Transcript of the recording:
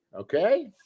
okay